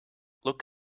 look